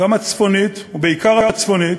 גם הצפונית, ובעיקר הצפונית,